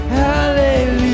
hallelujah